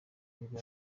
nibwo